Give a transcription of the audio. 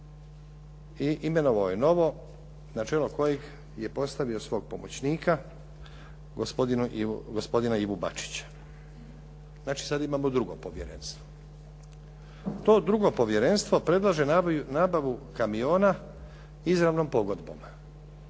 i imenovao je novo na čelu kojeg je postavio svog pomoćnika gospodina Ivu Bačića. Znači sad imamo drugo povjerenstvo. To drugo povjerenstvo predlaže nabavu kamiona izravnom pogodbom.